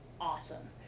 awesome